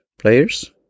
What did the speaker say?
players